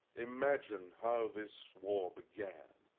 imagine how this war began.